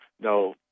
no